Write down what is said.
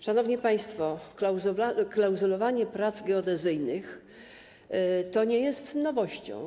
Szanowni państwo, klauzulowanie prac geodezyjnych nie jest nowością.